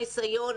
ניסיון,